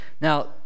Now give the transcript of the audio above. Now